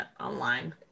online